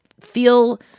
feel –